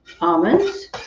almonds